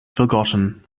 forgotten